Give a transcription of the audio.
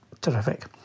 Terrific